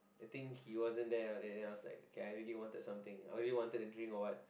I think he wasn't there and then I was like okay I really wanted something I really wanted the drink or what